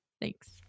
Thanks